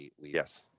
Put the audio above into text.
Yes